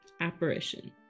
apparition